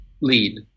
lead